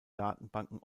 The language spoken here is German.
datenbanken